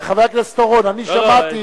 חבר הכנסת אורון, אני שמעתי,